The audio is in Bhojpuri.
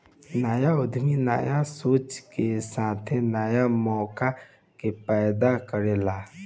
न्या उद्यमी न्या सोच के साथे न्या मौका के पैदा करेला